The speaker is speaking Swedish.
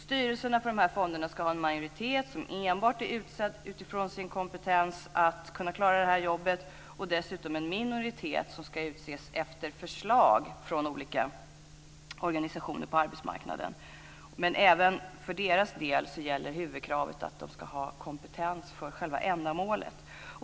Styrelsen för de här fonderna ska ha en majoritet som enbart är utsedd utifrån sin kompetens att kunna klara det här jobbet. Dessutom ska det finnas en minoritet som ska utses efter förslag från olika organisationer på arbetsmarknaden. Men även för deras del gäller huvudkravet att de ska ha kompetens för själva ändamålet.